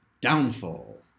Downfall